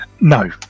No